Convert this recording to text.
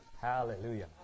Hallelujah